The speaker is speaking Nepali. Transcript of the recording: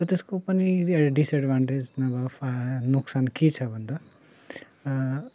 त त्यसको पनि डिसएड्भान्टेज नाफा नोक्सान के छ भन्दा